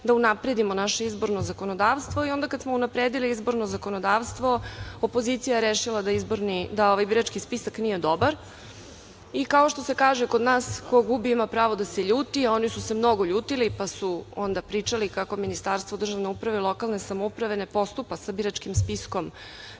da unapredimo naše izborno zakonodavstvo i onda je, kada smo unapredili izborno zakonodavstvo, opozicija rešila da birački spisak nije dobar. Kao što se kaže kod nas - ko gubi ima pravo da se ljuti, oni su se mnogo ljutili, pa su onda pričali kako Ministarstvo državne uprave i lokalne samouprave ne postupa sa biračkim spiskom